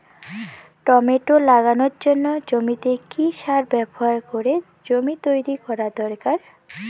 Tomato লাগানোর জন্য জমিতে কি সার ব্যবহার করে জমি তৈরি করা দরকার?